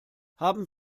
haben